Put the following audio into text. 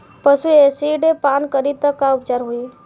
पशु एसिड पान करी त का उपचार होई?